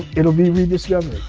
it'll be rediscovered.